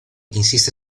insiste